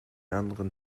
anderen